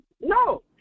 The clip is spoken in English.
No